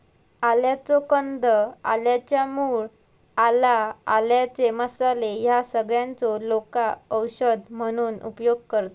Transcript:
आल्याचो कंद, आल्याच्या मूळ, आला, आल्याचे मसाले ह्या सगळ्यांचो लोका औषध म्हणून उपयोग करतत